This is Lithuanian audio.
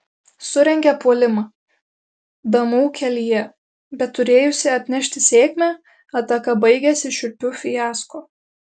surengia puolimą damų kelyje bet turėjusi atnešti sėkmę ataka baigiasi šiurpiu fiasko